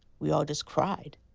we all just cried.